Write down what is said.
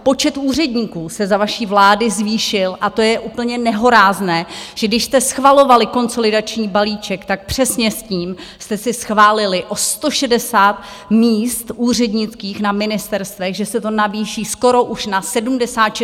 Počet úředníků se za vaší vlády zvýšil a to je úplně nehorázné, že když jste schvalovali konsolidační balíček, tak přesně s ním jste si schválili o 160 míst úřednických na ministerstvech, že se to navýší skoro už na 76 000.